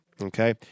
okay